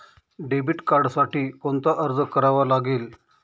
Debit कार्डसाठी कोणता अर्ज करावा लागेल?